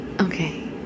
Okay